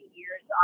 years